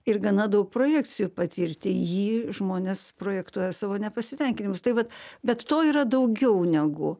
ir gana daug projekcijų patirti į jį žmonės projektuoja savo nepasitenkinimus tai vat bet to yra daugiau negu